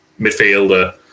midfielder